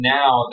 now